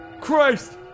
Christ